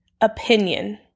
opinion